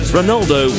Ronaldo